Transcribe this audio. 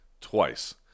twice